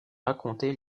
raconter